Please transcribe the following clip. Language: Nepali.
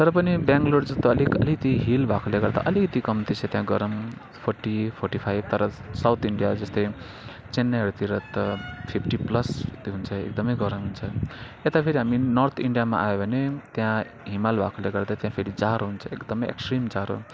तर पनि बेङ्लोर अलिकति हिल भएकोले गर्दा अलिकति कम्ती छ त्यहाँ गरम फोर्टी फोर्टी फाइभ तर साउथ इन्डिया जस्तै चेन्नईहरूतिर त फिफ्टी प्लस जति एकदमै गरम हुन्छ यता फेरि हामी नर्थ इन्डियामा आयो भने त्यहाँ हिमाल भएकोले गर्दा त्या फेरि जाडो हुन्छ एकदमै एक्सट्रिम जाडो